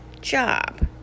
job